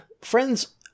Friends